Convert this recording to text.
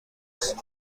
است